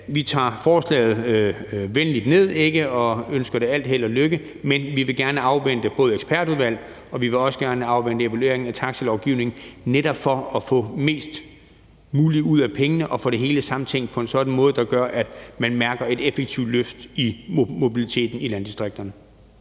alt tager vi forslaget venligt ned og ønsker det al held og lykke, men vi vil gerne afvente både ekspertudvalget og evalueringen af taxalovgivningen netop for at få mest muligt ud af pengene og få det hele samtænkt på en måde, der gør, at man mærker et effektivt løft i mobiliteten i landdistrikterne.